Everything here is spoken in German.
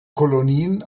kolonien